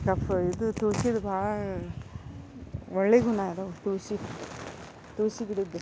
ಕಫ ಇದು ತುಳಸೀದು ಭಾಳ ಒಳ್ಳೆಯ ಗುಣ ಅದಾವ ತುಳಸಿ ತುಳಸಿ ಗಿಡದ್ದು